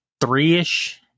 three-ish